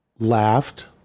laughed